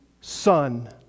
son